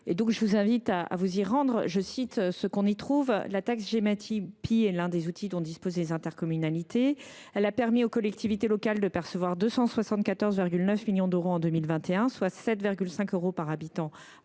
je vous invite à consulter. On peut y lire que la taxe Gemapi, l’un des outils dont disposent les intercommunalités, « a permis aux collectivités locales de percevoir 274,9 millions d’euros en 2021, soit 7,5 euros par habitant